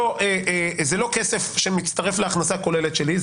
זה לא כסף שמצטרף להכנסה הכוללת שלי.